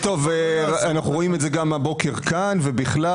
אנחנו רואים את זה גם הבוקר כאן ובכלל.